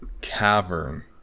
cavern